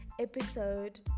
episode